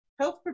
health